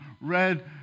red